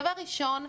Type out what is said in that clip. דבר ראשון,